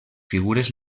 figures